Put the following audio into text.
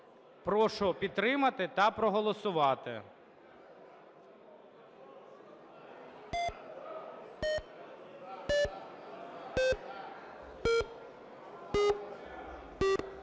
Прошу підтримати та проголосувати.